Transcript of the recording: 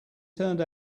turned